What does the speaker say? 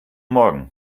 morgen